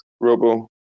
Robo